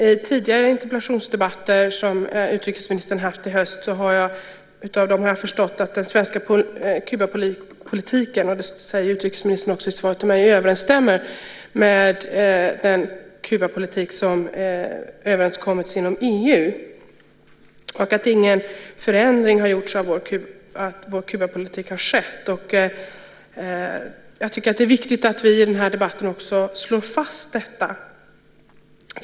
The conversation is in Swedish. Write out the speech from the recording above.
Av tidigare interpellationsdebatter som utrikesministern har haft i höst har jag förstått att den svenska Kubapolitiken, och det säger också utrikesministern i svaret till mig, överensstämmer med den Kubapolitik som överenskommits inom EU och att ingen förändring av vår Kubapolitik har skett. Jag tycker också att det är viktigt att vi i den här debatten slår fast detta.